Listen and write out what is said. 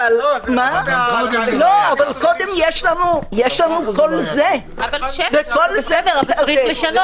גם אם יש ספרים, צריך לפעמים לשנות.